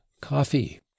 coffee